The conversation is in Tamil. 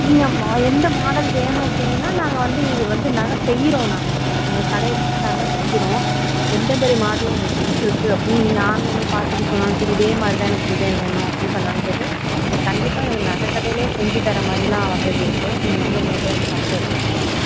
நீங்கள் மா எந்த மாடல் வேணும் அப்படிங்கன்னா நாங்கள் வந்து இது வந்து நகை செய்யறோம் நாங்கள் எங்கள் கடையிலே நகை செய்யறோம் எந்த மாதிரி மாடல் உங்களுக்கு பிடிச்சிருக்கு அப்படின் நீங்கள் ஆன்லைனில் பார்த்துட்டு சொன்னாலும் சரி இதே மாதிரி தான் எனக்கு டிசைன் வேணும் அப்புடின்னு சொன்னாலும் சரி அதை கண்டிப்பாக எங்கள் நகை கடையிலே செஞ்சு தர மாதிரிலாம் வசதி இருக்கு நீங்கள் வந்து நேரில் வந்து பார்த்து எடுத்துக்கோங்கம்மா